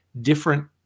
different